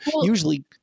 usually